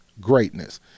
greatness